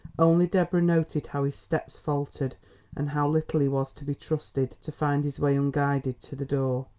only deborah noted how his steps faltered and how little he was to be trusted to find his way unguided to the door.